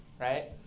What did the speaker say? Right